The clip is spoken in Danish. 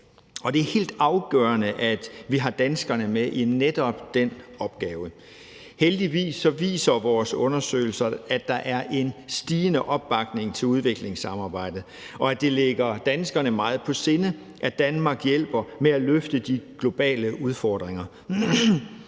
det er helt afgørende, at vi har danskerne med i netop den opgave. Heldigvis viser vores undersøgelser, at der er en stigende opbakning til udviklingssamarbejdet, og at det ligger danskerne meget på sinde, at Danmark hjælper med at løfte de globale udfordringer.